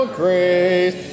grace